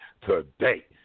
today